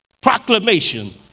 proclamation